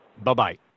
Bye-bye